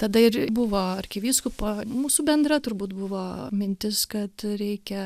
tada ir buvo arkivyskupo mūsų bendra turbūt buvo mintis kad reikia